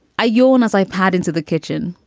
i yawn as i pad into the kitchen.